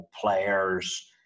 players